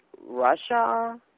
Russia